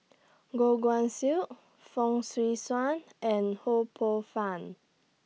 Goh Guan Siew Fong Swee Suan and Ho Poh Fun